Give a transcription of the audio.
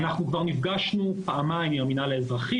אנחנו כבר נפגשנו פעמיים עם המינהל האזרחי,